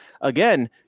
again